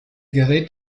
gerät